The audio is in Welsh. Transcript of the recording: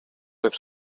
roedd